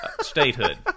statehood